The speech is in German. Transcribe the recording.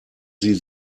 sie